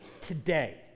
today